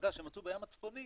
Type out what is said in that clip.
בים הצפוני